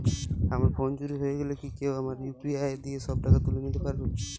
আমার ফোন চুরি হয়ে গেলে কি কেউ আমার ইউ.পি.আই দিয়ে সব টাকা তুলে নিতে পারবে?